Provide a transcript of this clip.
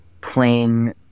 playing